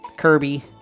kirby